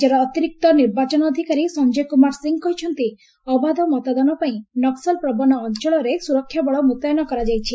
ରାଜ୍ୟର ଅତିରିକ୍ତ ନିର୍ବାଚନ ଅଧିକାରୀ ସଞ୍ଜୟ କୁମାର ସିଂହ କହିଛନ୍ତି ଅବାଧ ମତଦାନ ପାଇଁ ନକ୍ୱଲପ୍ରବଣ ଅଞ୍ଚଳରେ ସୁରକ୍ଷା ବଳ ମ୍ବତୟନ କରାଯାଇଛି